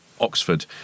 Oxford